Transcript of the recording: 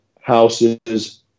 houses